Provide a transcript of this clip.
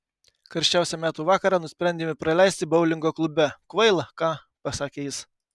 karščiausią metų vakarą nusprendėme praleisti boulingo klube kvaila ką pasakė jis